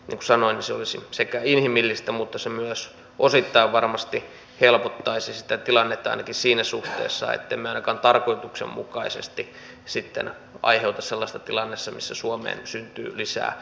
niin kuin sanoin se olisi inhimillistä mutta se myös osittain varmasti helpottaisi sitä tilannetta ainakin siinä suhteessa ettemme ainakaan tarkoituksenmukaisesti sitten aiheuta sellaista tilannetta missä suomeen syntyy lisää paperittomia